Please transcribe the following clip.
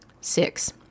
Six